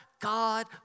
God